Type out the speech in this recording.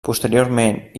posteriorment